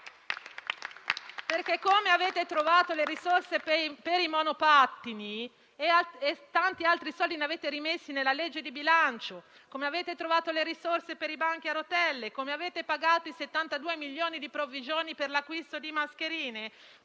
Come avete trovato le risorse per i monopattini, e tanti altri soldi che avete rimesso nella legge di bilancio, come avete trovato le risorse per i banchi a rotelle, come avete pagato i 72 milioni di euro di provvigioni per l'acquisto di mascherine,